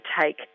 take